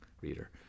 reader